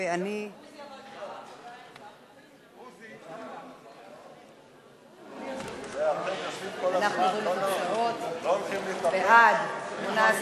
ההצעה להסיר מסדר-היום את הצעת חוק תעריף